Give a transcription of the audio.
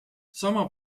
sama